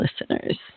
listeners